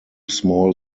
small